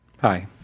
Hi